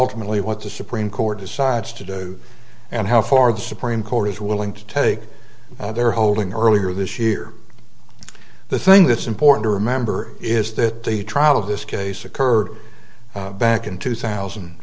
ultimately what the supreme court decides to do and how far the supreme court is willing to take they're holding earlier this year the thing that's important to remember is that the trial of this case occurred back in two thousand